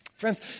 Friends